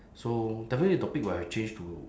so definitely the topic will have changed to